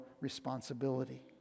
responsibility